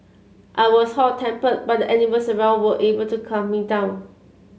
I was hot tempered but the animals around were able to calm me down